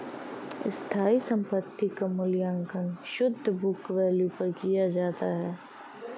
स्थायी संपत्ति क मूल्यांकन शुद्ध बुक वैल्यू पर किया जाता है